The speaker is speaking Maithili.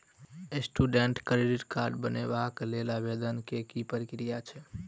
स्टूडेंट क्रेडिट कार्ड बनेबाक लेल आवेदन केँ की प्रक्रिया छै?